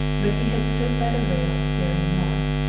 but he had stood by the rail staring north,